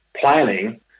planning